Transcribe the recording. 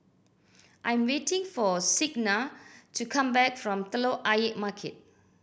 I am waiting for Signa to come back from Telok Ayer Market